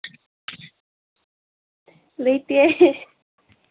ꯂꯩꯇꯦ